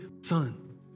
son